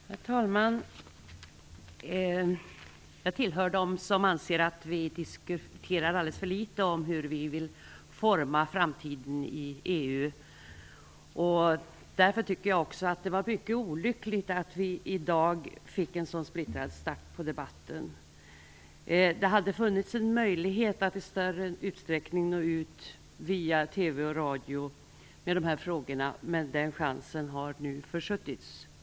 Herr talman! Jag tillhör dem som anser att vi alldeles för litet diskuterar hur vi vill forma framtiden i EU. Därför tycker jag att det är mycket olyckligt att vi fick en sådan splittrad start på debatten i dag. Det hade funnits en möjlighet att i större utsträckning nå ut med dessa frågor via TV och radio, men denna chans har nu försuttits.